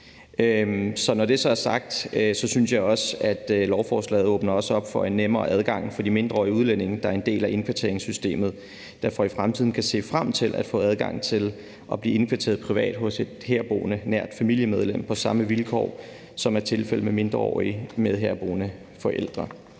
Når det så er sagt, synes jeg også, at lovforslaget åbner op for en nemmere adgang for de mindreårige udlændinge, der er en del af indkvarteringssystemet. De kan i fremtiden se frem til at få adgang til at blive indkvarteret privat hos et herboende nært familiemedlem på samme vilkår, som er tilfældet med mindreårige med herboende forældre.